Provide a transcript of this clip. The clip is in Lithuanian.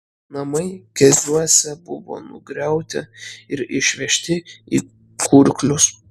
namai keziuose buvo nugriauti ir išvežti į kurklius